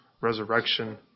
resurrection